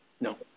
No